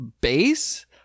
base